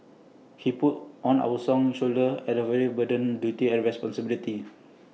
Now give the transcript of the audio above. he put on our song shoulders at the very burden duty and responsibility